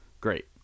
great